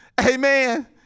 Amen